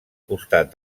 costat